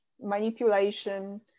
manipulation